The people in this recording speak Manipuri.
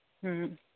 ꯎꯝ